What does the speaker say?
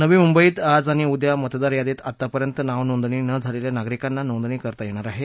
नवी मंबईत आज आणि उद्या मतदार यादीत आतापर्यंत नाव नोंदणी न झालेल्या नागरिकांना नोंदणी करता येणार आहे